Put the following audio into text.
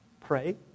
Pray